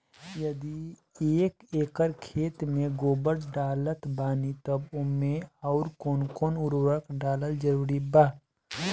यदि एक एकर खेत मे गोबर डालत बानी तब ओमे आउर् कौन कौन उर्वरक डालल जरूरी बा?